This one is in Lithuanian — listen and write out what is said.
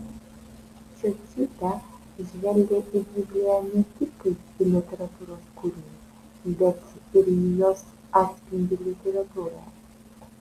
čiočytė žvelgia į bibliją ne tik kaip į literatūros kūrinį bet ir į jos atspindį literatūroje